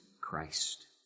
Christ